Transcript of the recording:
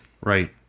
right